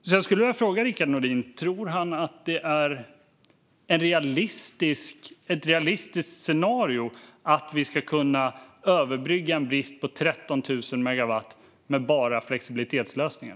Sedan skulle jag vilja fråga Rickard Nordin: Tror han att det är ett realistiskt scenario att vi ska kunna överbrygga en brist på 13 000 megawatt med bara flexibilitetslösningar?